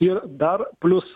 ir dar plius